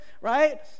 right